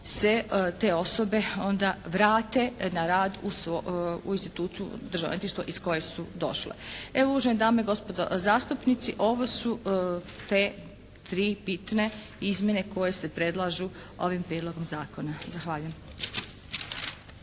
se te osobe onda vrate na rad u instituciju Državno odvjetništvo iz koje su došle. Evo uvažene dame i gospodo zastupnici ovo su te tri bitne izmjene koje se predlažu ovim Prijedlogom zakona. Zahvaljujem.